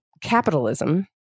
Capitalism